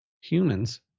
humans